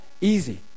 easy